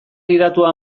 gidatua